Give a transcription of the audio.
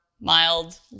mild